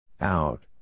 Out